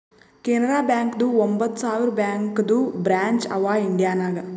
ಕೆನರಾ ಬ್ಯಾಂಕ್ದು ಒಂಬತ್ ಸಾವಿರ ಬ್ಯಾಂಕದು ಬ್ರ್ಯಾಂಚ್ ಅವಾ ಇಂಡಿಯಾ ನಾಗ್